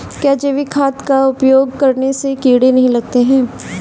क्या जैविक खाद का उपयोग करने से कीड़े नहीं लगते हैं?